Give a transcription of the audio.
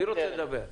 מי רוצה לדבר?